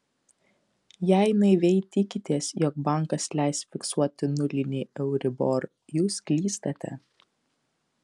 jei naiviai tikitės jog bankas leis fiksuoti nulinį euribor jūs klystate